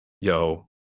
yo